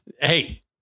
Hey